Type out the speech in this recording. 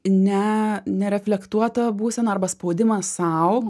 ne nereflektuota būsena arba spaudimas sau